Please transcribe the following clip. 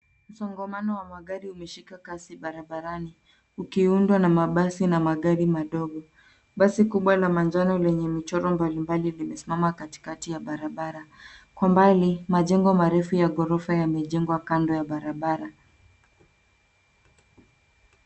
Msongamano wa magari umeshika kasi barabarani, ukiundwa na mabasi na magari madogo. Basi kubwa la manjano lenye michoro mbalimbali limesimama katikati ya barabara. Kwa mbali majengo marefu ya ghorofa yamejengwa kando ya barabara.